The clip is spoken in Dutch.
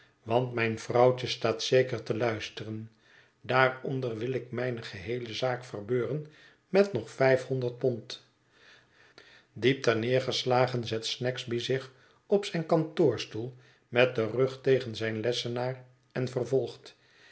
want mijn vrouwtje staat zeker te luisteren daaronder wil ik mijne geheele zaak verbeuren met nog vijfhonderd pond diep ter neer geslagen zet snagsby zich op zijn kantoorstoel met den rug tegen zijn lessenaar en vervolgt